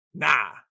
Nah